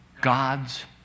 God's